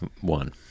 one